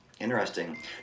interesting